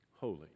holy